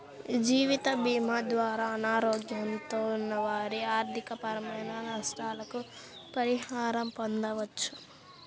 జీవితభీమా ద్వారా అనారోగ్యంతో ఉన్న వారి ఆర్థికపరమైన నష్టాలకు పరిహారం పొందవచ్చు